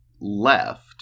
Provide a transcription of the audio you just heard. left